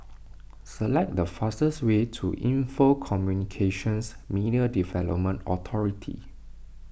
select the fastest way to Info Communications Media Development Authority